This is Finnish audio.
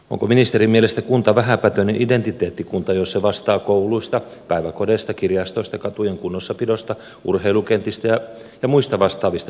onko ministerin mielestä kunta vähäpätöinen identiteettikunta jos se vastaa kouluista päiväkodeista kirjastoista katujen kunnossapidosta urheilukentistä ja muista vastaavista palveluista